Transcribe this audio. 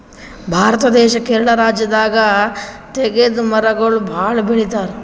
ಭಾರತ ದೇಶ್ ಕೇರಳ ರಾಜ್ಯದಾಗ್ ತೇಗದ್ ಮರಗೊಳ್ ಭಾಳ್ ಬೆಳಿತಾರ್